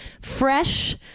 fresh